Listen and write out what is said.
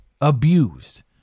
abused